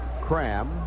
Cram